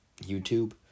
YouTube